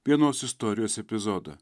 vienos istorijos epizodą